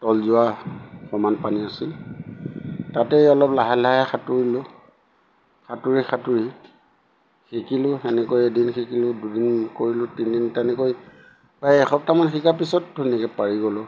তল যোৱা সমান পানী আছিল তাতেই অলপ লাহে লাহে সাঁতুৰিলোঁ সাঁতুৰি সাঁতুৰি শিকিলোঁ সেনেকৈ এদিন শিকিলোঁ দুদিন কৰিলোঁ তিনিদিন তেনেকৈ প্ৰায় এসপ্তাহমান শিকাৰ পিছত ধুনীয়াকৈ পাৰি গ'লোঁ